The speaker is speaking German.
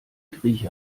grieche